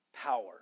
power